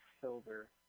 silver